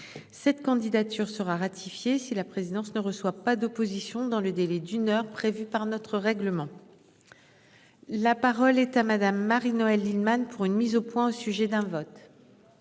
Cette candidature sera ratifié si la présidence ne reçoit pas d'opposition dans le délai d'une heure prévue par notre règlement. La parole est à madame Marie-Noëlle Lienemann pour une mise au point, au sujet d'un vote.